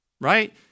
Right